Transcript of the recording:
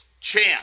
chance